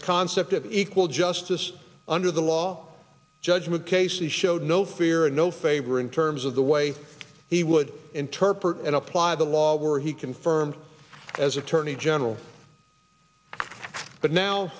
the concept of equal justice under the law judgment cases showed no fear and no favor in terms of the way he would interpret and apply the law were he confirmed as attorney general but now